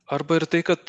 arba ir tai kad